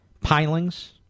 pilings